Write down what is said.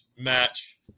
match